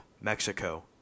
Mexico